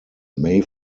may